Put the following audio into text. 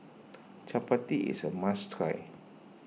Chapati is a must try